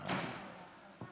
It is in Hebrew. אוסאמה, יש אישור?